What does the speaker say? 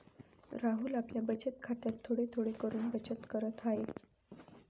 राहुल आपल्या बचत खात्यात थोडे थोडे करून बचत करत आहे